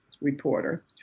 reporter